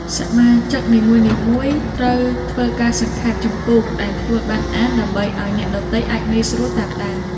សមាជិកនីមួយៗត្រូវធ្វើការសង្ខេបជំពូកដែលខ្លួនបានអាន ដើម្បីឱ្យអ្នកដទៃអាចងាយស្រួលតាមដាន។